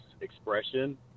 expression